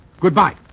Goodbye